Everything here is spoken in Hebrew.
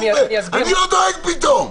אני לא דואג פתאום?